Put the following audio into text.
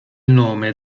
nome